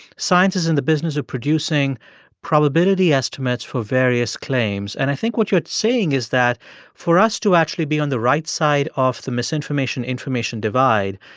science is in the business of producing probability estimates for various claims. and i think what you're saying is that for us to actually be on the right side of the misinformation information divide,